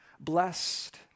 blessed